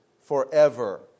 forever